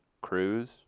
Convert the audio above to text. Cruise